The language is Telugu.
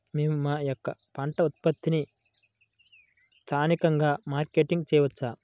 మేము మా యొక్క పంట ఉత్పత్తులని స్థానికంగా మార్కెటింగ్ చేయవచ్చా?